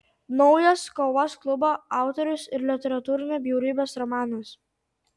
naujas kovos klubo autoriaus ir literatūrinio bjaurybės romanas